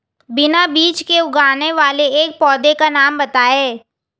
बिना बीज के उगने वाले एक पौधे का नाम बताइए